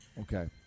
Okay